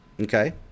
Okay